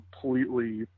completely